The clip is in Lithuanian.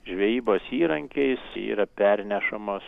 žvejybos įrankiais yra pernešamos